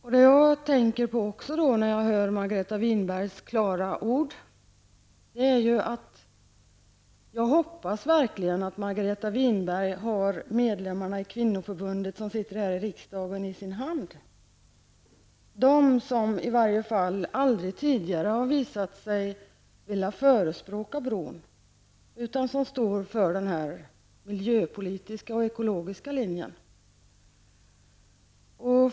Vad jag också tänker på när jag hör Margareta Winbergs klara ord är att jag verkligen hoppas att Margareta Winberg har medlemmarna i kvinnoförbundet som sitter i riksdagen i sin hand, i varje fall dem som aldrig tidigare har visat sig vilja förespråka bron utan som står för den miljöpolitiska och ekologiska linjen.